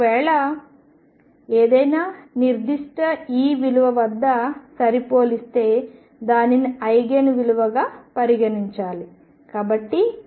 ఒకవేళ ఏదైనా నిర్దిష్ట E విలువ వద్ద సరిపోలిస్తే దానిని ఐగెన్ విలువ గా పరిగణించాలి